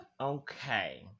Okay